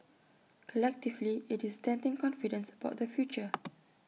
collectively IT is denting confidence about the future